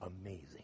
amazing